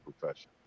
profession